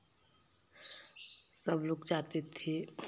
सब लोग जाते थे